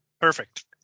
perfect